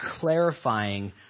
clarifying